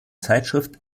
zeitschrift